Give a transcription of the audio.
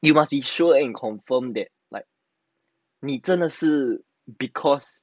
you must be sure and confirmed that like 你真的是 because